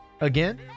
Again